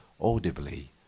audibly